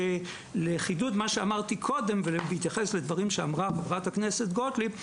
לחידוד מה שאמרתי קודם ובהתייחס לדברים שאמרה חברת הכנסת גוטליב,